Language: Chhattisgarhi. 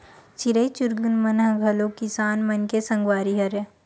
चिरई चिरगुन मन ह घलो किसान मन के संगवारी हरय